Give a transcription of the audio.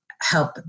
help